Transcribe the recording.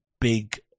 big